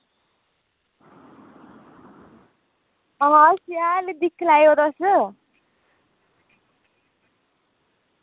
आं ओह् शैल दिक्खी लैयो तुस